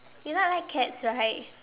you know I like cats right